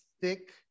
thick